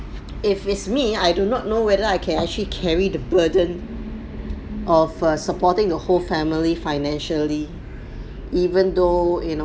if it's me I do not know whether I can actually carry the burden of err supporting the whole family financially even though you know